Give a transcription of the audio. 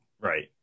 Right